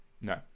No